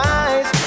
eyes